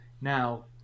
Now